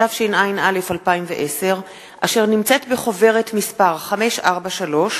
התשע"א 2010, אשר נמצאת בחוברת מס' 543,